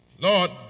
Lord